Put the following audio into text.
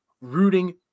rooting